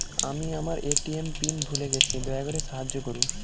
আমি আমার ATM pin ভুলে গেছি, দয়া করে সাহায্য করুন